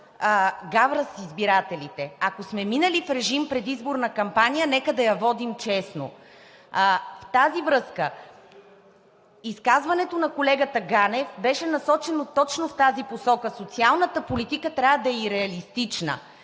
гавра с избирателите. Ако сме минали в режим на предизборна кампания, нека да я водим честно. В тази връзка изказването на колегата Ганев беше насочено точно в тази посока – социалната политика трябва да е и реалистична,